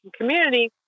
community